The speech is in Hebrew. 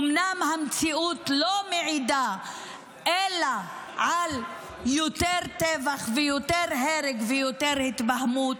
אומנם המציאות לא מעידה אלא על יותר טבח ויותר הרג ויותר התבהמות,